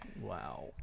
Wow